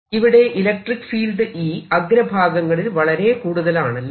ഇവിടെ electric field E അഗ്രഭാഗങ്ങളിൽ വളരെ കൂടുതൽ ആണല്ലോ